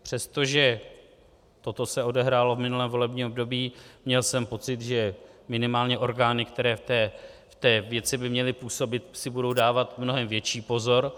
Přestože toto se odehrálo v minulém volebním období, měl jsem pocit, že minimálně orgány, které v té věci by měly působit, si budou dávat mnohem větší pozor.